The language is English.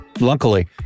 Luckily